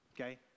okay